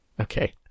Okay